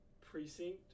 precinct